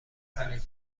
پنیر